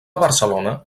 barcelona